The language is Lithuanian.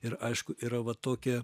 ir aišku yra va tokia